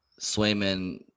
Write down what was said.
Swayman